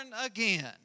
again